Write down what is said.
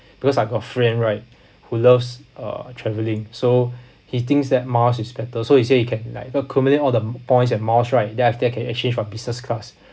because I got a friend right who loves uh travelling so he thinks that miles is better so he say he can like accumulate the points in miles right then after can exchange for business class